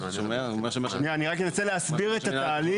אני רק אנסה להסביר את התהליך.